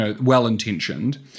well-intentioned